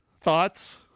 thoughts